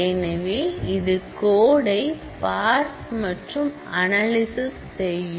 எனவே இது கோடை பார்ஸ் மற்றும் அனாலிசிஸ் செய்யும்